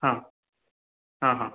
हां हां हां